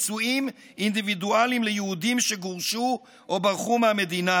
לפיצויים אינדיבידואליים ליהודים שגורשו או ברחו מהמדינה,